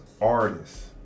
artists